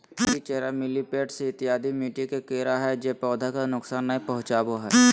चींटी, चेरा, मिलिपैड्स इत्यादि मिट्टी के कीड़ा हय जे पौधा के नुकसान नय पहुंचाबो हय